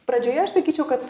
pradžioje aš sakyčiau kad